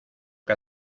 que